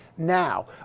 now